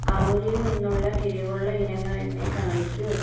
അമുലിൽ നിന്നുള്ള കിഴിവുള്ള ഇനങ്ങൾ എന്നെ കാണിക്കൂ